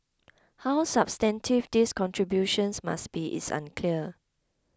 how substantive these contributions must be is unclear